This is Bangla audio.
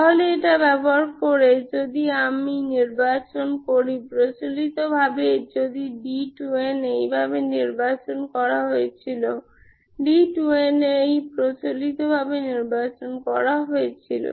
তাহলে এটা ব্যবহার করে যদি আমি নির্বাচন করি প্রচলিতভাবে যদি d2n এইভাবে নির্বাচন করা হয়েছিল d2n এই প্রচলিতভাবে নির্বাচন করা হয়েছিল